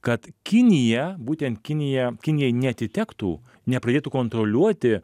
kad kinija būtent kinija kinijai neatitektų nepradėtų kontroliuoti